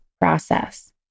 process